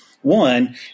One